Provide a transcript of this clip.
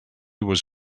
was